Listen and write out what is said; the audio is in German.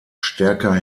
stärker